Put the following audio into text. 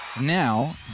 now